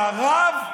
בהרב?